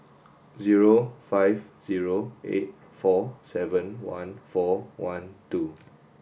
zero five zero eight four seven one four one two